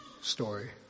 story